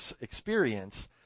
experience